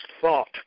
thought